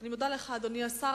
אני מודה לך, אדוני השר.